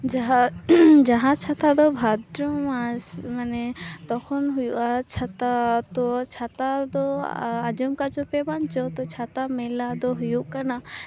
ᱡᱟᱦᱟᱸ ᱡᱟᱦᱟᱸ ᱪᱷᱟᱛᱟ ᱫᱚ ᱵᱷᱟᱫᱽᱨᱚ ᱢᱟᱥ ᱢᱟᱱᱮ ᱛᱚᱠᱷᱚᱱ ᱦᱩᱭᱩᱜᱼᱟ ᱪᱷᱟᱛᱟ ᱛᱳ ᱪᱷᱟᱛᱟ ᱫᱚ ᱟᱸᱡᱚᱢ ᱟᱠᱟᱫ ᱪᱚᱯᱮ ᱵᱟᱝ ᱪᱚᱝ ᱪᱷᱟᱛᱟ ᱢᱮᱞᱟ ᱫᱚ ᱦᱩᱭᱩᱜ ᱠᱟᱱᱟ